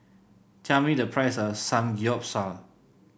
tell me the price of Samgeyopsal